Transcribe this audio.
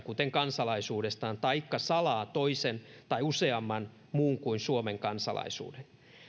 kuten kansalaisuudestaan taikka salaa toisen tai useamman muun kuin suomen kansalaisuuden